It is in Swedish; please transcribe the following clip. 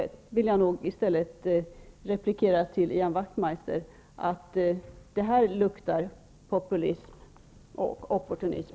Jag vill i stället replikera att detta luktar populism och opportunism.